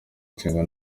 nshinga